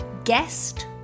guest